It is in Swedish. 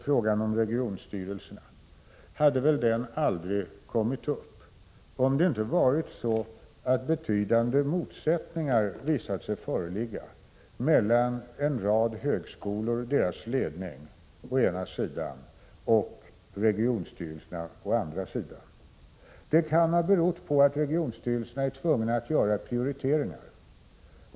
Frågan om regionstyrelserna hade väl aldrig kommit upp om det inte varit så att betydande motsättningar visat sig föreligga mellan en rad högskolor och deras ledning å ena sidan och regionstyrelserna å andra sidan. Det kan ha berott på att regionstyrelserna är tvungna att göra prioriteringar.